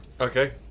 Okay